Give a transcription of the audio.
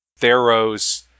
Theros